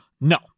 No